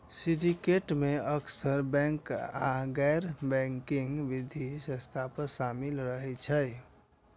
syndicate मे अक्सर bank आ गैर बैंकिंग वित्तीय संस्था शामिल रहै छै